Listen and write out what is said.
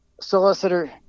solicitor